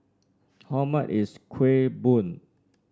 how much is Kueh Bom